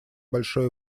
большое